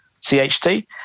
CHT